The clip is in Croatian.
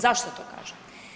Zašto to kažem?